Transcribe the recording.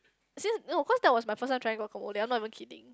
since no cause that was my first time trying guacamole I'm not even kidding